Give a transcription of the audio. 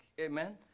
Amen